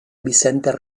vicente